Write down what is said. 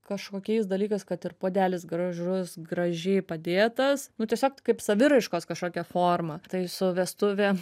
kažkokiais dalykais kad ir puodelis gražus gražiai padėtas nu tiesiog kaip saviraiškos kažkokia forma tai su vestuvė